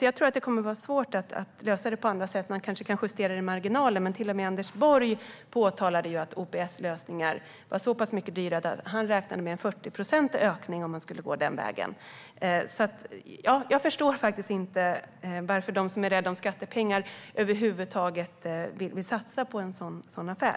Jag tror att det kommer att vara svårt att lösa det på andra sätt. Man kanske kan justera det i marginalen. Men till och med Anders Borg påpekade att OPS-lösningar var mycket dyrare. Han räknade med en 40procentig ökning om man skulle gå den vägen. Jag förstår faktiskt inte varför de som är rädda om skattepengar över huvud taget vill satsa på en sådan affär.